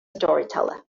storyteller